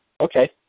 Okay